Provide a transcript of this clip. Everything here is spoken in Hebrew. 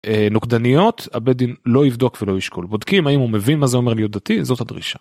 נוקדניות הבית דין לא יבדוק ולא ישקול. בודקים האם הוא מבין מה זה אומר להיות דתי זאת הדרישה.